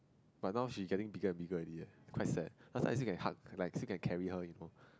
but now she getting bigger and bigger already leh quite sad cause I still can hug like still can carry her you know